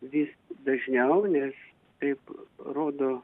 vis dažniau nes taip rodo